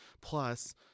plus